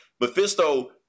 Mephisto